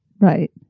Right